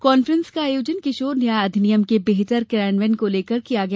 conference का आयोजन किशोर न्याय अधिनियम के बेहतर कियान्वयन को लेकर किया गया